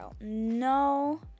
No